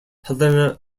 helena